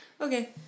Okay